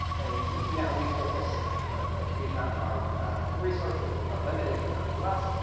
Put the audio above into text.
i mean, now we focus a huge amount of our resources, which are limited, but nonetheless,